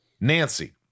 Nancy